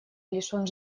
лишен